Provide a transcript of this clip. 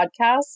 podcast